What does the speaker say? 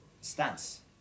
stance